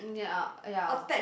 ya ya